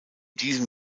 diesem